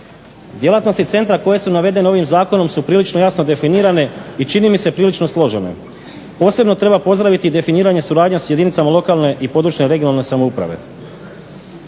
Djelatnosti centra koje su navedene ovim zakonom su prilično jasno definirane i čini mi se prilično složene. Posebno treba pozdraviti definiranje suradnje s jedinicama lokalne i područne (regionalne) samouprave.